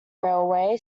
railway